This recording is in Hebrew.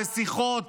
בשיחות,